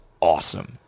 awesome